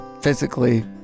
physically